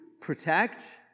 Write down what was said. protect